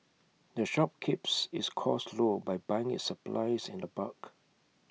the shop keeps its costs low by buying its supplies in the bulk